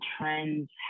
trends